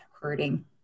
hurting